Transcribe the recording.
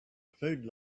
food